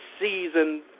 season